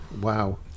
Wow